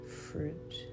fruit